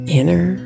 inner